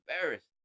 embarrassed